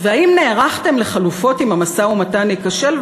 והאם נערכתם לחלופות אם המשא-ומתן ייכשל?